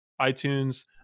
iTunes